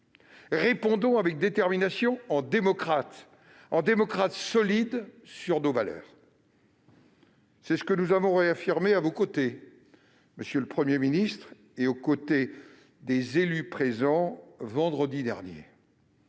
Répondons avec détermination, en démocrates solides sur nos valeurs. C'est ce que nous avons réaffirmé à vos côtés, monsieur le Premier ministre, et aux côtés des élus présents vendredi dernier.